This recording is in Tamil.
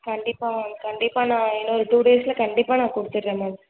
கண்டிப்பாக மேம் கண்டிப்பாக நான் இன்னும் ஒரு டூ டேஸில் கண்டிப்பாக நான் கொடுத்துட்றேன் மேம்